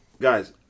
Guys